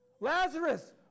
Lazarus